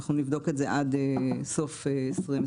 שאנחנו נבדוק את זה עד סוף 2023,